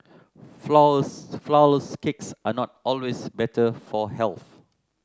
flour less flour less cakes are not always better for health